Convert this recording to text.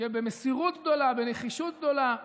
שבמסירות גדולה, בנחישות גדולה,